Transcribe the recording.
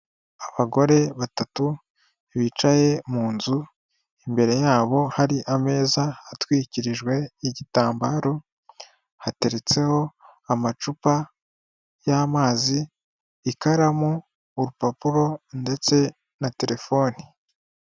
Abagore batatu bicaye mu nzu, imbere yabo hari ameza atwikirijwe n'igitambaro, hateretseho amacupa y'amazi, ikaramu, urupapuro ndetse na telefoni.